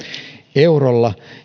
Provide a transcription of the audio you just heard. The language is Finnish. eurolla